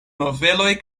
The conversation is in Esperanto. noveloj